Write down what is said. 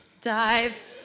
dive